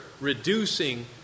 reducing